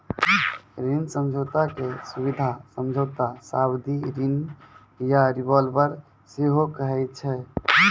ऋण समझौता के सुबिधा समझौता, सावधि ऋण या रिवॉल्बर सेहो कहै छै